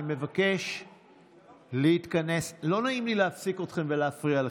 אני מבקש להתכנס לא נעים לי להפסיק אתכם ולהפריע לכם.